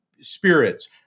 spirits